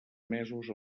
mesos